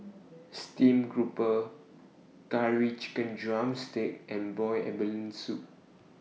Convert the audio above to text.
Steamed Grouper Curry Chicken Drumstick and boiled abalone Soup